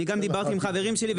אני גם דיברתי עם חברים שלי,